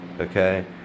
Okay